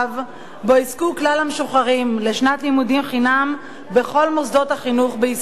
שבו יזכו כלל המשוחררים לשנת לימודים חינם בכל מוסדות החינוך בישראל.